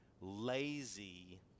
lazy